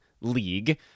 league